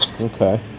Okay